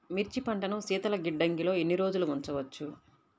మిర్చి పంటను శీతల గిడ్డంగిలో ఎన్ని రోజులు ఉంచవచ్చు?